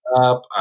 up